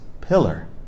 pillar